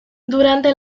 durante